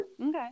Okay